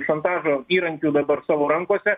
šantažo įrankių dabar savo rankose